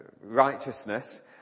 righteousness